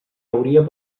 hauria